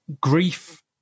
grief